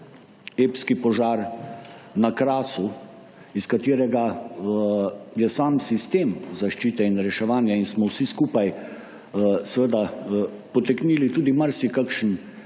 epski požar na Krasu, iz katerega je sam sistem zaščite in reševanja in smo vsi skupaj seveda potegnili tudi marsikakšen